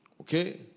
Okay